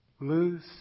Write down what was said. Loose